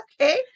Okay